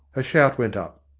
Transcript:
a shout went up.